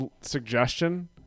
suggestion